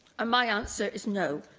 ah my answer is no.